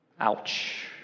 Ouch